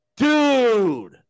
Dude